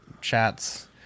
chats